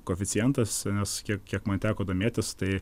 koeficientas nes kiek kiek man teko domėtis tai